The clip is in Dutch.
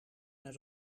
naar